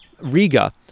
riga